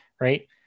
right